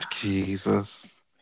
Jesus